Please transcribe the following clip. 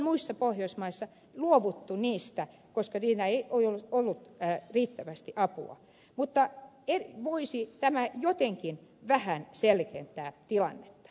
muissa pohjoismaissa on luovuttu niistä koska niistä ei ole ollut riittävästi apua mutta voisi tämä jotenkin vähän selventää tilannetta